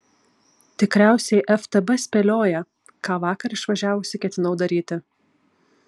tikriausiai ftb spėlioja ką vakar išvažiavusi ketinau daryti